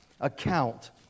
account